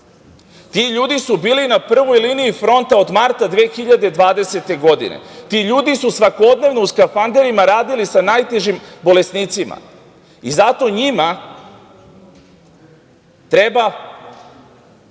Ti ljudi su bili na prvoj liniji fronta od marta 2020. godine. Ti ljudi su svakodnevno u skafanderima radili sa najtežim bolesnicima i zato njima treba